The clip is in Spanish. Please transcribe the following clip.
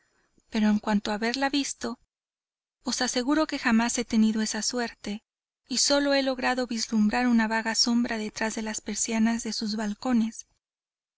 pero en cuanto a haberla visto os aseguro que jamás he tenido esa suerte y sólo he logrado vislumbrar una vaga sombra detrás de las persianas de sus balcones